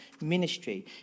ministry